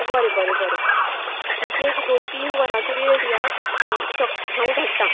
बरें बरें बरें म्हाका एक दोन तीन वरांचो वेळ दियात ह शक हांव धाडटा